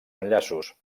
enllaços